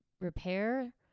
repair